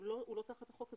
הוא לא צריך את החוק הזה.